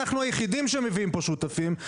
אנחנו היחידים שמביאים פה שותפים,